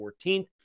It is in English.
14th